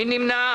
מי נמנע?